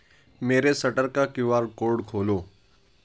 میرے سٹر کا کیو آر کوڈ کھولو